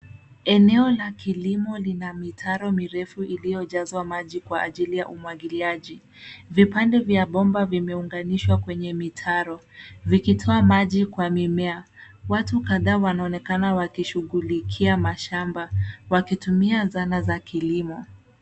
Eneo la kilimo lina mitaro mirefu iliyojazwa maji kwa ajili ya umwagiliaji. Vipande vya bomba vimeunganishwa kwenye mitaro vikitoa maji kwa mimea. Watu kadhaa wanaonekana wakishughulikia mashamba wakitumia zana za kilimo.